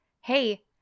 hey